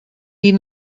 die